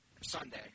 Sunday